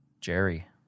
Jerry